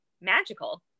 magical